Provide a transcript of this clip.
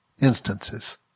instances